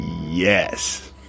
Yes